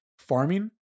farming